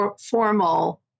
formal